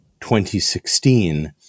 2016